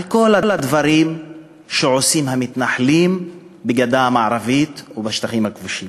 על כל הדברים שעושים המתנחלים בגדה המערבית ובשטחים הכבושים.